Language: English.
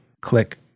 click